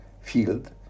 field